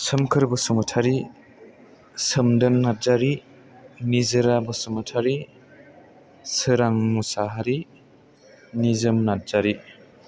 Somkhor Basumatary Somdon Narzary Nijira Basumatary Soran Mushahary Nijom Narzary